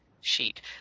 sheet